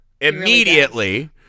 immediately